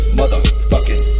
motherfucking